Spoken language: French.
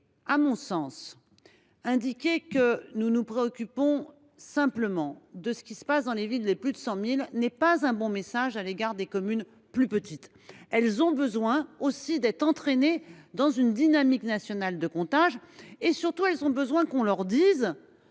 À mon sens, indiquer que nous nous préoccupons simplement de ce qui se passe dans les villes de plus de 100 000 habitants n’est pas un bon message envoyé aux communes plus petites. Ces dernières ont également besoin d’être entraînées dans une dynamique nationale de comptage. Surtout, elles ont besoin qu’on leur dise